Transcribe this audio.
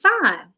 fine